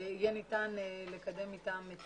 יהיה ניתן לקדם אתם את